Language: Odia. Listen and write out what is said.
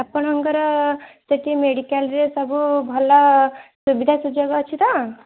ଆପଣଙ୍କର ସେଠି ମେଡ଼ିକାଲରେ ସବୁ ଭଲ ସୁବିଧା ସୁଯୋଗ ଅଛି ତ